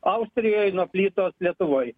austrijoj nuo plytos lietuvoj